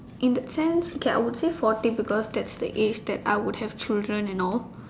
in that sense okay I would say forty because that's the age that I would have children and all